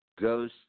goes